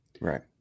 Right